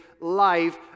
life